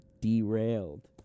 derailed